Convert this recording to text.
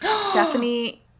Stephanie